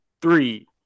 Three